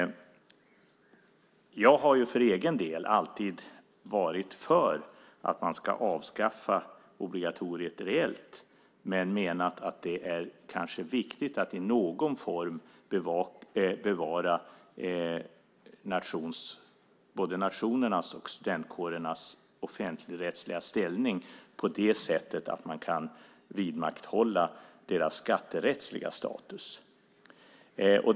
Jag har för egen del alltid varit för att man ska avskaffa obligatoriet reellt men menat att det kanske är viktigt att i någon form bevara både nationernas och studentkårernas offentligrättsliga ställning på det sättet att man kan vidmakthålla deras skatterättsliga status.